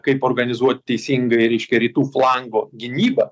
kaip organizuot teisingai reiškia rytų flango gynybą